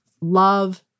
love